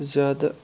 زیادٕ